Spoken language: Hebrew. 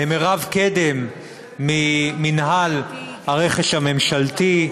למירב קדם ממינהל הרכש הממשלתי,